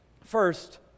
First